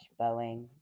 Boeing